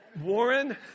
Warren